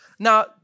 Now